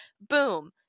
boom